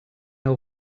know